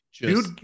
dude